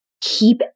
keep